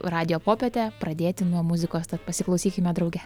radijo popietę pradėti nuo muzikos tad pasiklausykime drauge